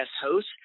host